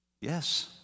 Yes